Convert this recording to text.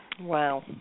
Wow